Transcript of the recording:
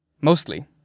Mostly